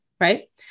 Right